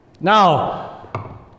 Now